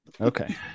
Okay